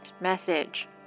message